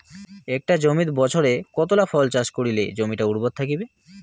একটা জমিত বছরে কতলা ফসল চাষ করিলে জমিটা উর্বর থাকিবে?